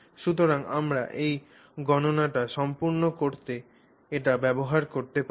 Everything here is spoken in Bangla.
সুতরাং আমরা এই গণনাটি সম্পূর্ণ করতে এটি ব্যবহার করতে পারি